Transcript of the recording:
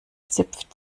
zipft